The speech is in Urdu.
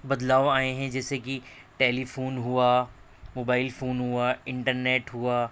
بدلاؤ آئے ہیں جیسے کہ ٹیلیفون ہوا موبائل فون ہوا انٹرنیٹ ہوا